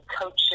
coaching